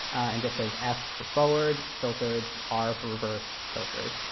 and just says f for forward filtered, r for reverse filtered.